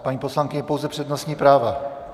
Paní poslankyně, pouze přednostní práva.